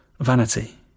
vanity